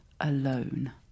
alone